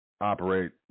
operate